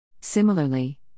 Similarly